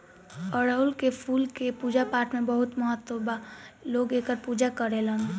अढ़ऊल के फूल के पूजा पाठपाठ में बहुत महत्व बा लोग एकर पूजा करेलेन